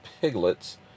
piglets